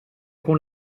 con